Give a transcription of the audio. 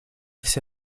всё